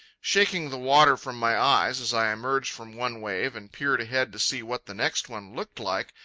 shaking the water from my eyes as i emerged from one wave and peered ahead to see what the next one looked like,